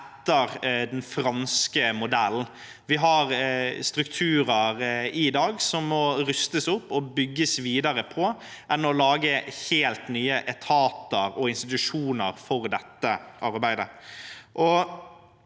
etter den franske modellen. Vi har strukturer i dag som må rustes opp og bygges videre på, heller enn å lage helt nye etater og institusjoner for dette arbeidet.